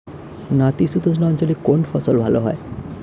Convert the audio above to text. নাতিশীতোষ্ণ অঞ্চলে কোন ফসল ভালো হয়?